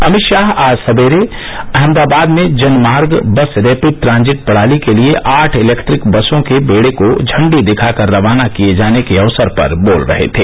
अमित शाह आज सवेरे अहमदाबाद में जनमार्ग बस रेपिड ट्रांजिट प्रणाली के लिए आठ इलैक्ट्रिक बसों के बेड़े को इंडी दिखाकर रवाना किए जाने के अवसर पर बोल रहे थे